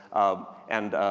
ah, and,